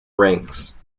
ranks